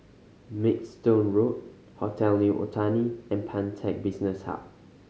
Maidstone Road Hotel New Otani and Pantech Business Hub